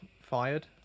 fired